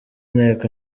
inteko